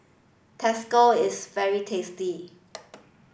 Tacos is very tasty